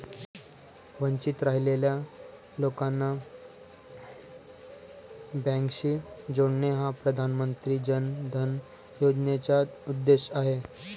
वंचित राहिलेल्या लोकांना बँकिंगशी जोडणे हा प्रधानमंत्री जन धन योजनेचा उद्देश आहे